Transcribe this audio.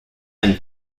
and